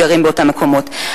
גרים באותם מקומות.